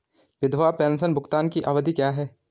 विधवा पेंशन भुगतान की अवधि क्या है?